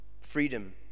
Freedom